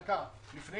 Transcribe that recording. הגענו עד לקו המצוק.